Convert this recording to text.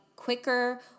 quicker